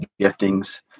giftings